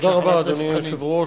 אדוני היושב-ראש,